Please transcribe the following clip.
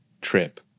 trip